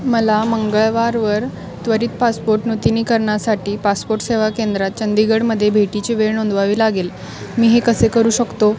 मला मंगळवारवर त्वरित पासपोर्ट नूतनीकरणासाठी पासपोर्ट सेवा केंद्रात चंदीगडमध्ये भेटीची वेळ नोंदवावी लागेल मी हे कसे करू शकतो